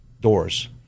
doors